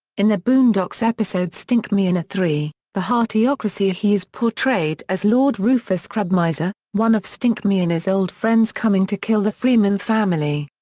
in the boondocks episode stinkmeaner three the hateocracy he is portrayed as lord rufus crabmiser, one of stinkmeaner's old friends coming to kill the freeman family.